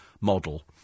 model